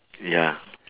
ya